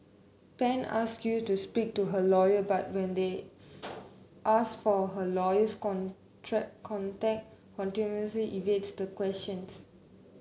Pan ask Yew to speak to her lawyer but when they ask for her lawyer's contact continuously evades the questions